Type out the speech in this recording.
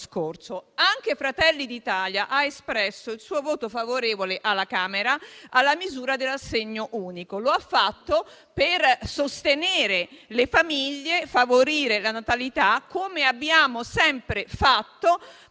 Anche Fratelli d'Italia ha espresso il suo voto favorevole alla Camera sulla misura dell'assegno unico. Lo ha fatto per sostenere le famiglie e favorire la natalità, come abbiamo sempre fatto